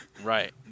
Right